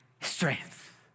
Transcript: strength